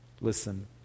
Listen